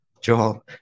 Joel